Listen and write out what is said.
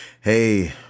Hey